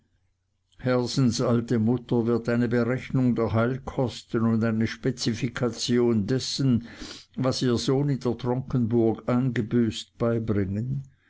hersens alte mutter wird eine berechnung der heilkosten und eine spezifikation dessen was ihr sohn in der tronkenburg eingebüßt beibringen